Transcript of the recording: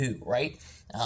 Right